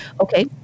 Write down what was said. okay